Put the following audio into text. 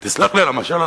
ותסלח לי על המשל,